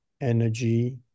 energy